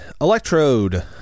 Electrode